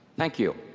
thank you.